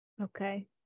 Okay